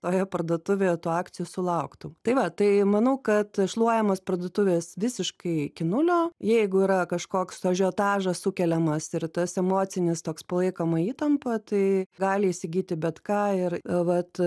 toje parduotuvėje tų akcijų sulauktum tai va tai manau kad šluojamos parduotuvės visiškai iki nulio jeigu yra kažkoks ažiotažas sukeliamas ir tas emocinis toks palaikoma įtampa tai gali įsigyti bet ką ir vat